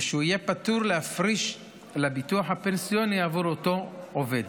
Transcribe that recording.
ושהוא יהיה פטור מלהפריש לביטוח הפנסיוני עבור אותו עובד.